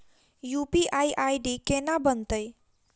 UPI ID केना बनतै?